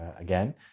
again